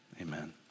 amen